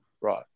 Right